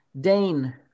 Dane